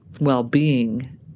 well-being